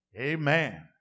Amen